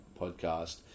podcast